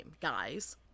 guys